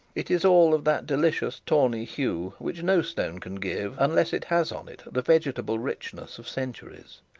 it is all of that delicious tawny hue which no stone can give, unless it has on it the vegetable richness of centuries.